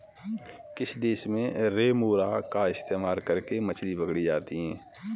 किस देश में रेमोरा का इस्तेमाल करके मछली पकड़ी जाती थी?